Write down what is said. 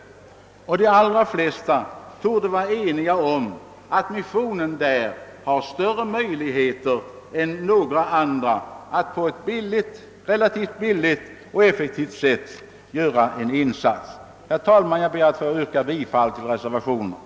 De allra flesta torde vara eniga om att missionen har större möjligheter än några andra att på ett relativt billigt och effektivt sätt göra en insats. Herr talman! Jag ber att få yrka bifall till reservationerna.